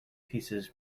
pieces